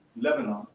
Lebanon